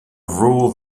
ruled